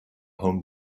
home